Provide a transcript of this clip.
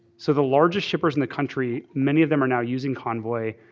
so the largest shippers in the country, many of them are now using convoy.